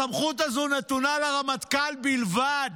הסמכות הזו נתונה לרמטכ"ל בלבד.